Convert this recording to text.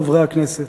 חברי הכנסת.